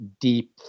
deep